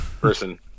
person